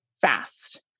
fast